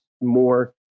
more